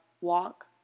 walk